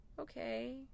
Okay